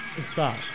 Stop